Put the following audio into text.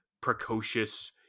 precocious